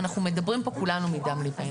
אנחנו מדברים פה כולנו מדם ליבנו.